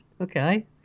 Okay